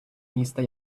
міста